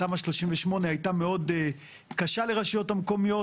התמ"א 38 הייתה מאוד קשה לרשויות המקומיות